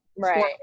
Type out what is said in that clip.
Right